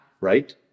right